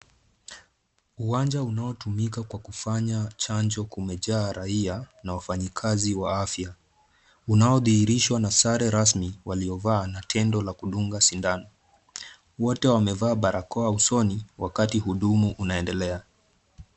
Uwanja unaotumika kwa kufanya chanjo, umejaa raia na wafanyikazi wa afya. Unaodhihirishwa na sare rasmi waliovaa na tendo la kudunga sindano. Wote wamevaa barakoa usoni wakati hudumu unaendelea.